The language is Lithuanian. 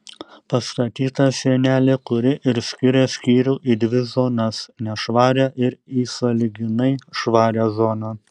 pastatyta sienelė kuri ir skiria skyrių į dvi zonas nešvarią ir į sąlyginai švarią zoną